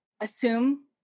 assume